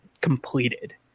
completed